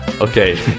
Okay